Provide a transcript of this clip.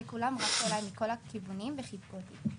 וכולם רצו אליי מכל הכיוונים וחיבקו אותי.